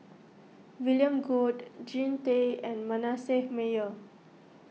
William Goode Jean Tay and Manasseh Meyer